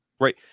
right